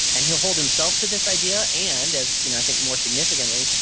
and he'll hold himself to this idea and as you know i think more significantly,